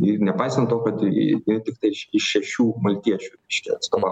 ir nepaisant to kad ji tiktai iš šešių maltiečių reiškia atstovauja